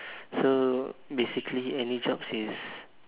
so basically any jobs is